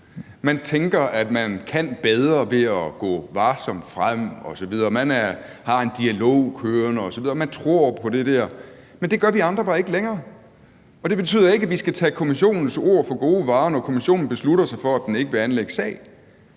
Man tænker, at man kan gøre det bedre ved at gå varsomt frem osv., man har en dialog kørende osv., og man tror på det der. Men det gør vi andre bare ikke længere. Det betyder ikke, at vi skal tage Kommissionens ord for gode varer, når Kommissionen beslutter sig for, at den ikke vil anlægge sag,